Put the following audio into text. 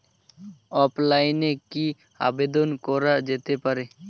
অফলাইনে কি আবেদন করা যেতে পারে?